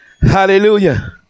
Hallelujah